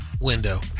window